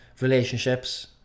relationships